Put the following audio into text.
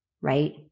Right